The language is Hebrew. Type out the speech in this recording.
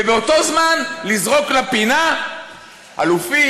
ובאותו זמן לזרוק לפינה אלופים,